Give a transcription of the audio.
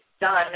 done